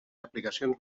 aplicacions